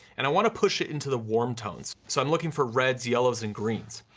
and i wanna push it into the warm tones. so i'm looking for reds, yellows and greens.